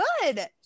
good